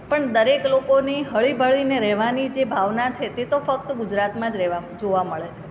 પણ દરેક લોકોની હળીભળીને રહેવાની જે ભાવના છે તે તો ફક્ત ગુજરાતમાં જ રહેવા જોવા મળે છે